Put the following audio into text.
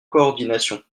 coordination